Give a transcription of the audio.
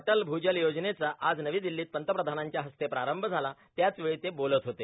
अटल भूजल योजनेचा आज नवी दिल्लीत पंतप्रधानांच्या हस्ते प्रारंभ झाला त्यावेळी ते बोलत होते